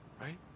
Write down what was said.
Right